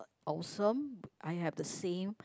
awesome I have the same